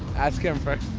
ask him first.